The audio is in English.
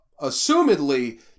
assumedly